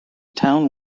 town